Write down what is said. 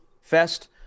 fest